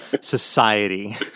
society